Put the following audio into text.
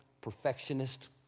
perfectionist